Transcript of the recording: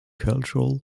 cultural